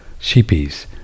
sheepies